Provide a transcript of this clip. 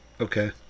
Okay